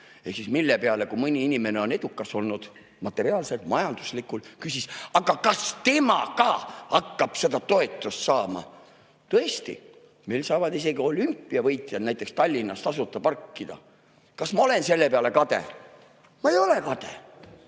Ehk siis selle peale, kui mõni inimene on edukas olnud, materiaalselt, majanduslikult, küsis: aga kas tema ka hakkab seda toetust saama? Tõesti, meil saavad isegi olümpiavõitjad näiteks Tallinnas tasuta parkida. Kas ma olen selle peale kade? Ma ei ole kade.